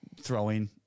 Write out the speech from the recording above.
throwing